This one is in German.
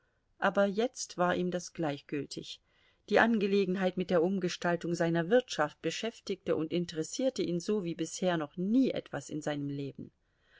aber jetzt war ihm das gleichgültig die angelegenheit mit der umgestaltung seiner wirtschaft beschäftigte und interessierte ihn so wie bisher noch nie etwas in seinem leben